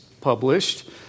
published